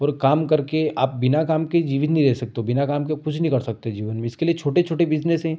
और काम करके आप बिना काम के जीवित नहीं रह सकते हो बिना काम के कुछ नहीं कर सकते हो जीवन में इसके लिए छोटे छोटे बिजनेस हैं